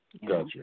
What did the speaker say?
Gotcha